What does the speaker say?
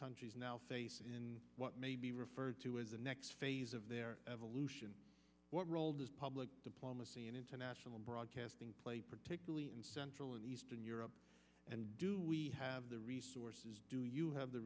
countries now face in what may be referred to as the next phase of their evolution what role does public diplomacy and international broadcasting play particularly in central and eastern europe and do we have the resources do you have the